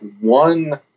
one